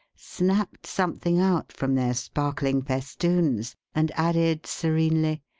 snapped something out from their sparkling festoons, and added serenely,